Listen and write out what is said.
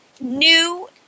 new